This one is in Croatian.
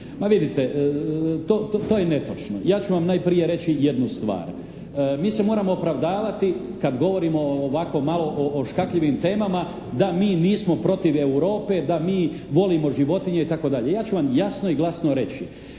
vidite, to je netočno. Ja ću vam najprije reći jednu stvar. Mi se moramo opravdavati kad govorimo o ovako malo, o škakljivim temama da mi nismo protiv Europe, da mi volimo životinje, itd. Ja ću vam jasno i glasno reći,